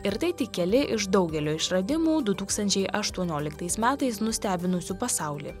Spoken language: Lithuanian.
ir tai tik keli iš daugelio išradimų du tūkstančiai aštuonioliktais metais nustebinusių pasaulį